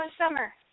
Summer